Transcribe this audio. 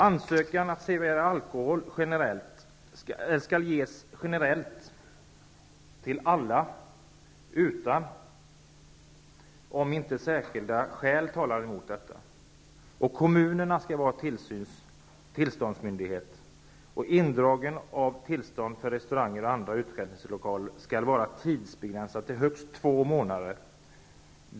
Ansökan att servera alkohol skall ges generellt till alla, om inte särskilda skäl talar emot detta. Kommunerna skall vara tillståndsmyndigheter. Indragning av tillstånd för restauranger och andra utskänkningslokaler skall vara tidsbegränsat till högst två månader.